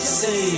say